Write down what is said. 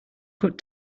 cut